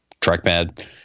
trackpad